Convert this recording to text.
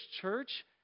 Church